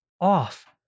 off